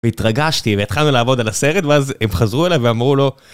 והתרגשתי, והתחלנו לעבוד על הסרט, ואז הם חזרו אליי ואמרו לו...